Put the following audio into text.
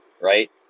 Right